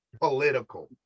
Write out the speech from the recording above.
political